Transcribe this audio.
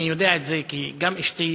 אני יודע את זה כי גם אשתי,